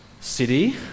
city